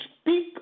speak